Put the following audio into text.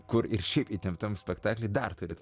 kur ir šiaip įtemptam spektaklį dar turit